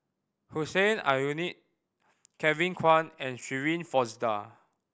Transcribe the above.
Hussein Aljunied Kevin Kwan and Shirin Fozdar